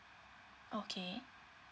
okay